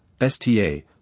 STA